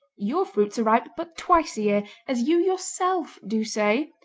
your fruits are ripe but twice a year, as you yourself do say,